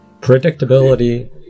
Predictability